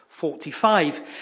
45